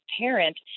parent